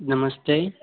नमस्ते